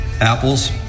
Apples